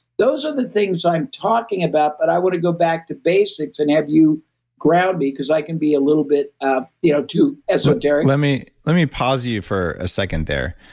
those are the things i'm talking about. but i want to go back to basics and have you ground me because i can be a little bit ah you know too esoteric. let me let me pause you for a second there.